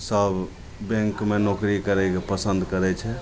सभ बैँकमे नोकरी करैके पसन्द करै छै